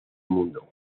mundo